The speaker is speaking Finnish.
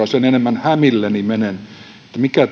sen enemmän hämilleni menen että mikä